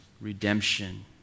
redemption